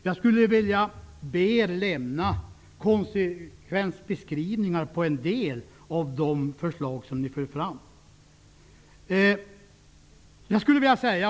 Jag skulle vilja be er lämna konsekvensbeskrivningar på en del av de förslag som ni för fram.